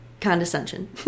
condescension